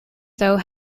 though